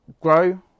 grow